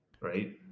right